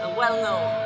well-known